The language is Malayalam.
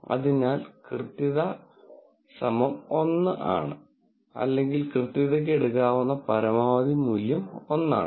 അതിനാൽ കൃത്യത 1 അല്ലെങ്കിൽ കൃത്യതയ്ക്ക് എടുക്കാവുന്ന പരമാവധി മൂല്യം 1 ആണ്